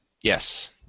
Yes